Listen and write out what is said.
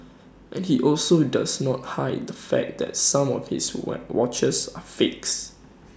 and he also does not hide the fact that some of his what watches are fakes